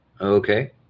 Okay